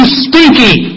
stinky